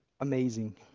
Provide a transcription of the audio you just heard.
amazing